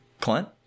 Clint